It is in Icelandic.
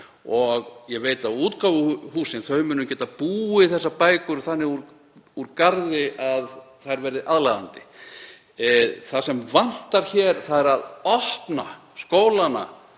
og ég veit að útgáfuhúsin geta búið þær bækur þannig úr garði að þær verði aðlaðandi. Það sem vantar hér er að opna skólana